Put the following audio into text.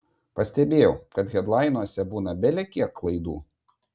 pastebėjau kad hedlainuose būna belekiek klaidų